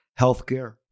healthcare